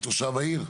תושב העיר?